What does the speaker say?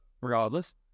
regardless